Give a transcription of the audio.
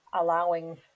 allowing